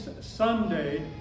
Sunday